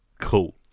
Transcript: Cool